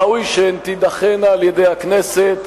ראוי שהן תידחינה על-ידי הכנסת,